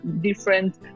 different